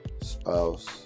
spouse